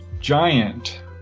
giant